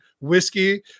whiskey